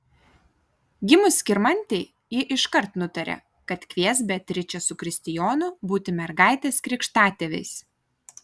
gimus skirmantei ji iškart nutarė kad kvies beatričę su kristijonu būti mergaitės krikštatėviais